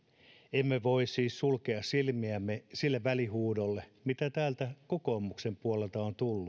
emme voi siis sulkea silmiämme sille välihuudolle mitä täältä kokoomuksen puolelta on tullut